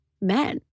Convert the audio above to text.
men